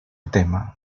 tema